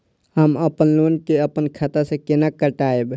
हम अपन लोन के अपन खाता से केना कटायब?